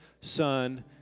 Son